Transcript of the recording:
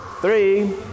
Three